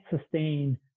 sustain